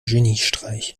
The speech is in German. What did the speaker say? geniestreich